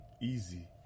Easy